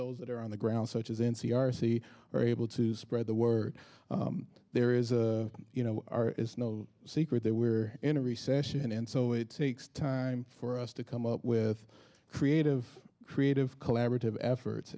those that are on the ground such as in c r c are able to spread the word there is a you know our is no secret that we're in a recession and so it takes time for us to come up with creative creative collaborative efforts